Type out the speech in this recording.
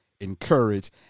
encourage